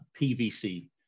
PVC